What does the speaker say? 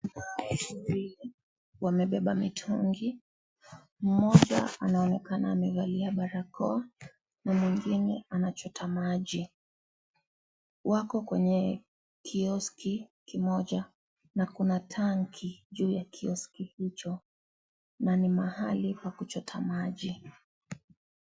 Wamebeba mitungi, mmoja anaonekana amevalia barakoa na mwingine anachota maji. Wako kwenye kioski kimoja na kuna tanki juu ya kioski hicho na ni mahali pa kuchota maji.